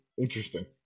interesting